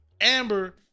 Amber